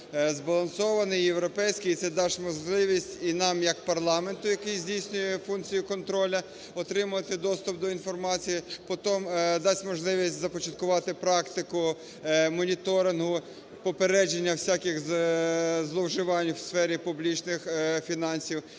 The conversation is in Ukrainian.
збалансований, європейський. Це дасть можливість і там як парламенту, який здійснює функцію контролю, отримувати доступ до інформації, потім дасть можливість започаткувати практику моніторингу попередження всяких зловживань в сфері публічних фінансів.